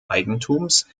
eigentums